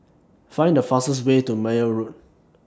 Find The fastest Way to Meyer Road